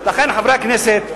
לכן, חברי הכנסת,